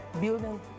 building